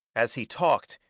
as he talked,